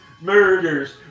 murders